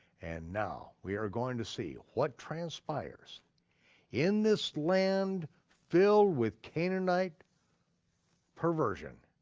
and now we are going to see what transpires in this land filled with canaanite perversion